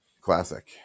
Classic